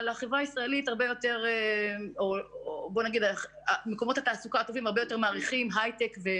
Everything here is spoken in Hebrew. אבל מקומות התעסוקה הטובים מעריכים הרבה יותר הייטק.